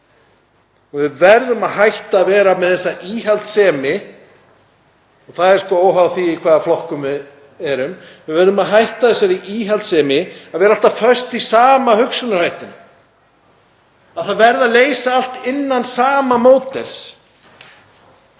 Við verðum að hætta að vera með þessa íhaldssemi, og það er óháð því í hvaða flokkum við erum. Við verðum að hætta þessari íhaldssemi, að vera alltaf föst í sama hugsunarhættinum, að það verði að leysa allt innan sama módels.